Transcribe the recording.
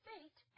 Fate